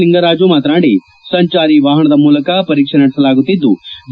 ಲಿಂಗರಾಜು ಮಾತನಾಡಿ ಸಂಚಾರಿ ವಾಹನದ ಮೂಲಕ ಪರೀಕ್ಷೆ ನಡೆಸುತ್ತಿದ್ಲು